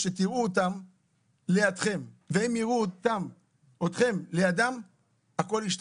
כשתראו אותם לידכם והם יראו אתכם לידם - הכל ישתנה.